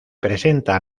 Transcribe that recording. presenta